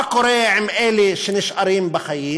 מה קורה עם אלה שנשארים בחיים?